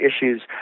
issues